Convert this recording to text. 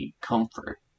comfort